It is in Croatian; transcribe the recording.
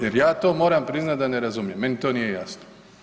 Jer ja to moramo priznati da ne razumijem, meni to nije jasno.